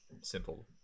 simple